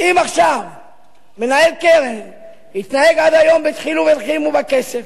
אם עכשיו מנהל קרן התנהג עד היום בדחילו ורחימו בכסף,